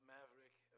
Maverick